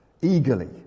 Eagerly